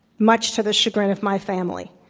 much to the chagrin of my family.